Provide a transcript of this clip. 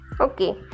okay